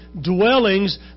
dwellings